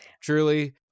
Truly